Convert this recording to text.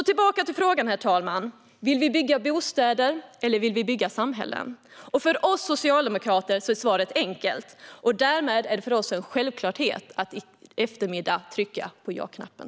Tillbaka till frågan, herr talman: Vill vi bygga bostäder eller vill vi bygga samhällen? För oss socialdemokrater är svaret enkelt. Därmed är det för oss en självklarhet att i eftermiddag trycka på ja-knappen.